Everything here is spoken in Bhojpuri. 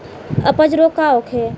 अपच रोग का होखे?